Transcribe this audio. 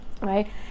right